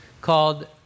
called